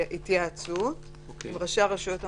התייעצות עם ראשי הרשויות המקומיות.